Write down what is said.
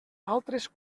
altres